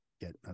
get